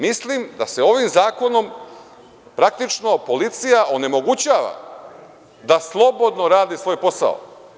Mislim da se ovim zakonom praktično policija onemogućava da slobodno radi svoj posao.